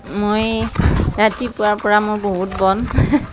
মই ৰাতিপুৱাৰ পৰা মোৰ বহুত বন